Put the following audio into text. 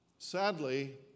Sadly